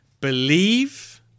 believe